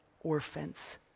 orphans